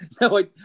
no